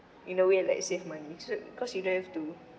in a way like save money so cause you don't have to